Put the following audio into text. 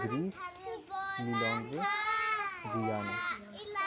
grease نلونگوے بیانہ